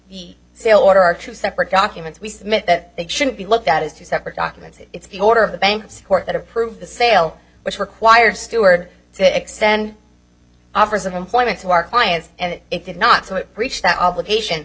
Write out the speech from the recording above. sale order are two separate documents we submit that they should be looked at as two separate documents it's the order of the bank's court that approved the sale which required stuart to extend offers of employment to our clients and it did not seem to breach that obligation